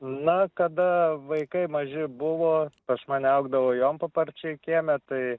na kada vaikai maži buvo pas mane augdavo jonpaparčiai kieme tai